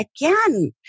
again